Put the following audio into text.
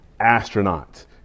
astronauts